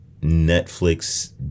Netflix